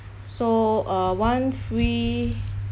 so uh one free